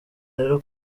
rero